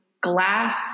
glass